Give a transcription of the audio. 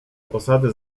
osady